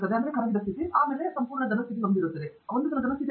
ಅಲ್ಲಿ ಒಂದು ಕರಗಿದ ರಾಜ್ಯವಿದೆ ನಂತರ ದ್ರವದ ಸ್ಥಿತಿ ಇದೆ ಮತ್ತು ನಂತರ ಘನ ಸ್ಥಿತಿ ಇದೆ